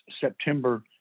September